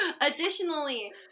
Additionally